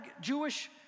Jewish